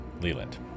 Leland